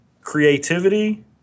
creativity